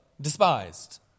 despised